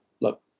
look